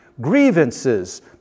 Grievances